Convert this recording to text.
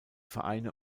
vereine